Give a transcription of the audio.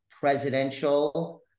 presidential